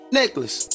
necklace